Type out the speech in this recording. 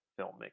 filmmaking